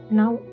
now